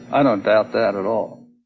i don't doubt that at all